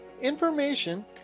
information